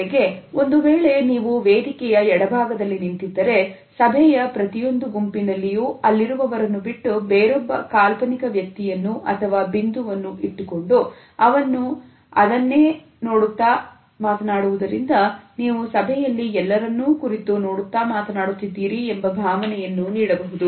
ಜೊತೆಗೆ ಒಂದು ವೇಳೆ ನೀವು ವೇದಿಕೆಯ ಎಡಭಾಗದಲ್ಲಿ ನಿಂತಿದ್ದರೆ ಸಭೆಯ ಪ್ರತಿಯೊಂದು ಗುಂಪಿನಲ್ಲಿ ಯೂ ಅಲ್ಲಿರುವವರನ್ನು ಬಿಟ್ಟು ಬೇರೊಬ್ಬ ಕಾಲ್ಪನಿಕ ವ್ಯಕ್ತಿಯನ್ನು ಅಥವಾ ಬಿಂದುವನ್ನು ಇಟ್ಟುಕೊಂಡು ಅವನು ಅದನ್ನೇ ನೋಡುತ್ತಾ ಮಾತನಾಡುವುದರಿಂದ ನೀವು ಸಭೆಯಲ್ಲಿ ಎಲ್ಲರನ್ನೂ ಕುರಿತು ನೋಡುತ್ತಾ ಮಾತನಾಡುತ್ತಿದ್ದೀರಿ ಎಂಬ ಭಾವನೆಯನ್ನು ನೀಡಬಹುದು